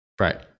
Right